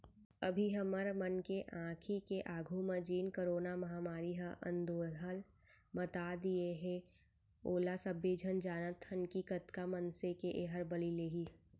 अभी हमर मन के आंखी के आघू म जेन करोना महामारी ह अंदोहल मता दिये हे ओला सबे झन जानत हन कि कतका मनसे के एहर बली लेही